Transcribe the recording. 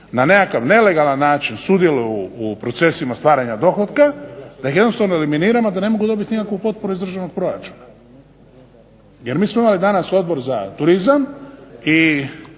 na nekakav nelegalan način sudjeluju u procesima stvaranja dohotka da ga jednostavno eliminiramo da ne mogu dobiti nikakvu potporu iz državnog proračuna. Jer mi smo imali danas Odbor za turizam i